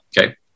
okay